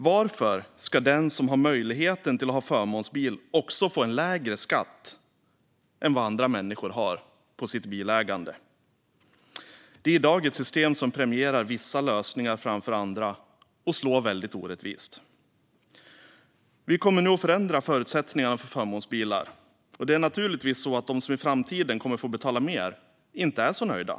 Varför ska den som har möjligheten att ha förmånsbil också få en lägre skatt än vad andra människor har på sitt bilägande? Det är i dag ett system som premierar vissa lösningar framför andra och slår väldigt orättvist. Vi kommer nu att förändra förutsättningarna vad gäller förmånsbilar, och det är naturligtvis så att de som i framtiden kommer att få betala mer inte är så nöjda.